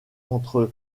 entre